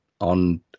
on